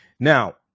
Now